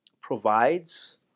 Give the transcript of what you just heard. provides